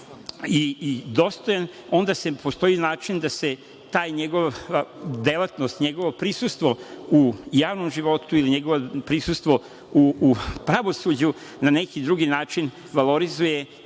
i dostojan, onda postoji način da se ta njegova delatnost, njegovo prisustvo u javnom životu, ili njegovo prisustvo u pravosuđu na neki drugi način favorizuje